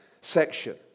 section